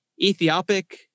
Ethiopic